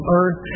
earth